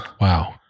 Wow